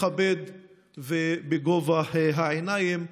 מכבד ובגובה העיניים.